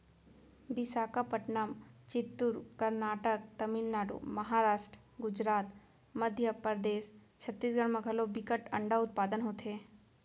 बिसाखापटनम, चित्तूर, करनाटक, तमिलनाडु, महारास्ट, गुजरात, मध्य परदेस, छत्तीसगढ़ म घलौ बिकट अंडा उत्पादन होथे